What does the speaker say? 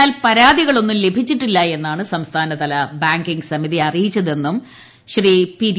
എന്നാൽ പരാതികളൊന്നും ല്ഭിച്ചിട്ടില്ല എന്നാണ് സംസ്ഥാനതല ബാങ്കിങ് സമിതി അറിയിച്ചതെന്നും പ്രിച്ചിടി